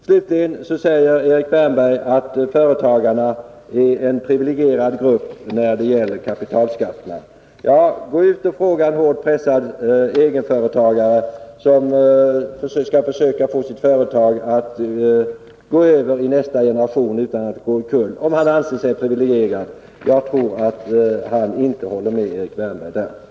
Slutligen sade Erik Wärnberg att företagarna är en privilegierad grupp när det gäller kapitalskatterna. Gå ut och fråga en hårt pressad egenföretagare, som skall försöka få sitt företag att gå över i nästa generation utan att det går omkull, om han anser sig vara privilegierad! Jag tror inte att han håller med Erik Wärnberg på den här punkten.